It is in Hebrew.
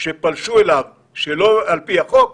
כשטחים באחריות